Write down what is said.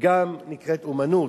נקראת אמנות,